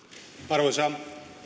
arvoisa